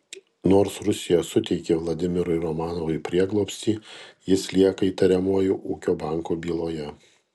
nors rusija suteikė vladimirui romanovui prieglobstį jis lieka įtariamuoju ūkio banko byloje